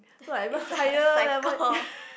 it's like a cycle